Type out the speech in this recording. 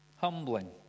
Humbling